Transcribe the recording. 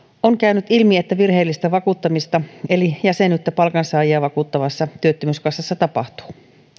on käynyt ilmi että virheellistä vakuuttamista eli jäsenyyttä palkansaajia vakuuttavassa työttömyyskassassa tapahtuu